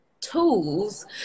tools